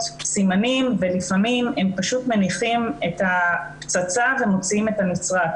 סימנים ולפעמים הם פשוט מניחים את הפצצה ומוציאים את הנצרה.